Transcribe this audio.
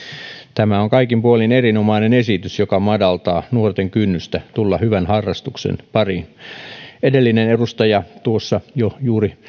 tämä on kaikin puolin erinomainen esitys joka madaltaa nuorten kynnystä tulla hyvän harrastuksen pariin edellinen edustaja tuossa jo juuri